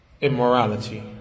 immorality